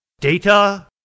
Data